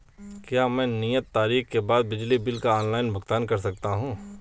क्या मैं नियत तारीख के बाद बिजली बिल का ऑनलाइन भुगतान कर सकता हूं?